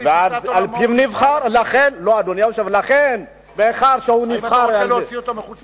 האם אתה רוצה להוציא אותו מחוץ לחוק?